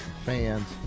Fans